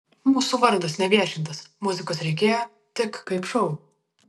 mūsų vardas neviešintas muzikos reikėjo tik kaip šou